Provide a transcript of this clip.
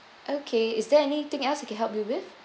okay is there anything else I can help you with